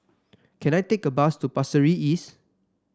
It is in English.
can I take a bus to Pasir Ris East